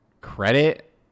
credit